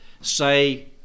say